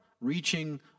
reaching